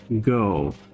go